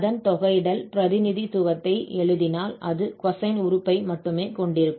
அதன் தொகையிடல் பிரதிநிதித்துவத்தை எழுதினால் அது cosine உறுப்பை மட்டுமே கொண்டிருக்கும்